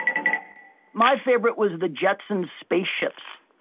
my favorite was the jetsons spaceships.